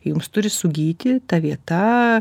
jums turi sugyti ta vieta